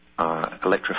Electrified